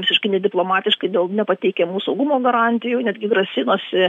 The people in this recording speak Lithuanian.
visiškai nediplomatiškai dėl nepateikiamų saugumo garantijų netgi grasinosi